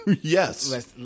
Yes